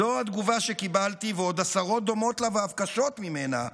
זו התגובה שקיבלתי ועוד עשרות דומות לה ואף קשות ממנה,